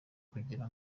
kugira